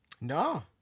No